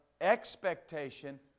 expectation